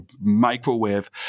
microwave